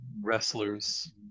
wrestlers